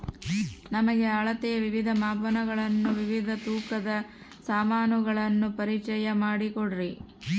ನಮಗೆ ಅಳತೆಯ ವಿವಿಧ ಮಾಪನಗಳನ್ನು ವಿವಿಧ ತೂಕದ ಸಾಮಾನುಗಳನ್ನು ಪರಿಚಯ ಮಾಡಿಕೊಡ್ರಿ?